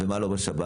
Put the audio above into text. ומה לא בשב"ן.